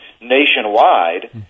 nationwide